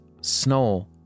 snow